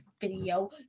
video